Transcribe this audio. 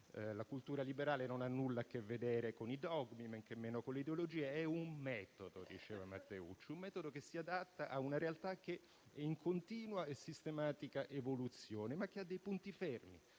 la cultura liberale non ha nulla a che vedere con i dogmi, men che meno con le ideologie; è un metodo, diceva Matteucci, un metodo che si adatta a una realtà che è in continua e sistematica evoluzione, ma che ha dei punti fermi,